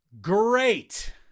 great